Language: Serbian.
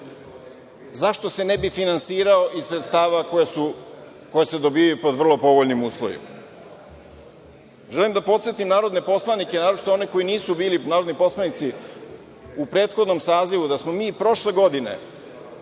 Zašto se ne bi finansirao iz sredstava koja se dobijaju po vrlo povoljnim uslovima? Želim da podsetim narodne poslanike, naročito one koji nisu bili narodni poslanici u prethodnom sazivu da smo mi prošle godine